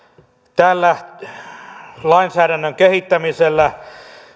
tällä lainsäädännön kehittämisellä